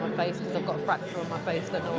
on my face, that no